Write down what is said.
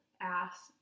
ask